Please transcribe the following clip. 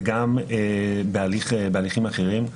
וגם בהליכים אחרים,